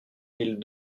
mille